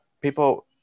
people